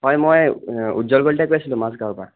হয় মই উজ্জ্বল কলিতাই কৈ আছিলোঁ মাজগাঁৱৰ পৰা